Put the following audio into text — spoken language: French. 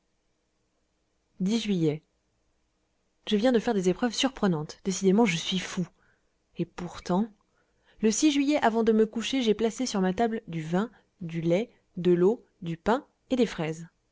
je viens de faire des épreuves surprenantes décidément je suis fou et pourtant le juillet avant de me coucher j'ai placé sur ma table du vin du lait de l'eau du pain et des fraises